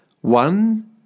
One